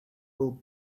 will